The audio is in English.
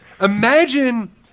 imagine